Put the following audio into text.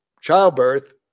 childbirth